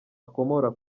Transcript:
akomora